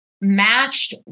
matched